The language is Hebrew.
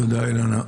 תודה, אילנה.